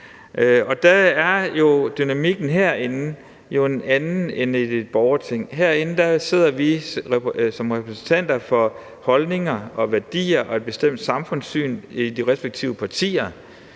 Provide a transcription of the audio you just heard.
Der er dynamikken herinde jo en anden end i et borgerting. Herinde sidder vi som repræsentanter for holdninger og værdier og et bestemt samfundssyn i de respektive partier,